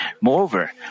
Moreover